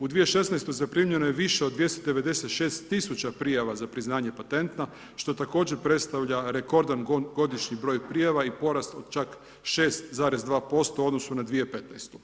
U 2016. zaprimljeno je više od 296 000 prijava za priznanje patenta, što također predstavlja rekordan godišnji projekt prijava i porast od čak 6,2% u odnosu na 2015.